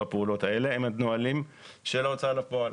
הפעולות האלה הם הנהלים של ההוצאה לפועל.